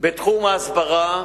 בתחום ההסברה,